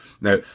Now